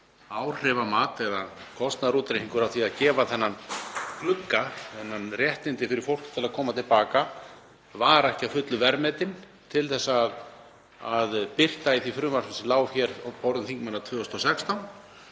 áhrifamat eða kostnaðarútreikningur á því að gefa þennan glugga, þessi réttindi fyrir fólk til að koma til baka, hann var ekki að fullu verðmetinn til að birta í því frumvarpi sem lá hér á borðum þingmanna 2016.